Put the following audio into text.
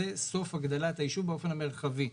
זה סוף הגדלת היישוב באופן מרחבי.